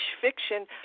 fiction